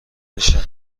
بشه